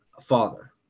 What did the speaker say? father